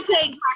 take